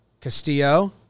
Castillo